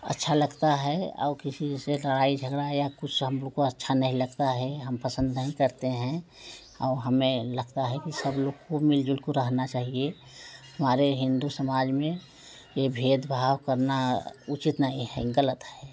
अच्छा लगता है और किसी से लड़ाई झगड़ा या कुछ हम लोग को अच्छा नहीं लगता है हम पसंद नहीं करते हैं और हमें लगता है कि सब लोग को मिलजुल को रहना चाहिए हमारे हिन्दू समाज में ये भेदभाव करना उच्चित नहीं है गलत है